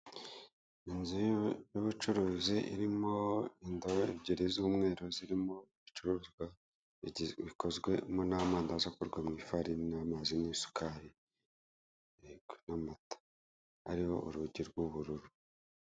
Inzu y'ubucuruzi irimo indobo ebyiri z'umweru zirimo ibicuruzwa bikozwe n'amandazi akorwa mu ifarini n'amazi n'isukari yego n'amata hariho urugi rw'ubururu.